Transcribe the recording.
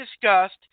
discussed